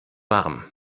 warm